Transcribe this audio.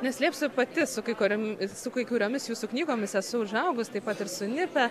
neslėpsiu pati su kai kuriom su kai kuriomis jūsų knygomis esu užaugus taip pat ir su nita